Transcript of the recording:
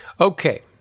Okay